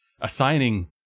assigning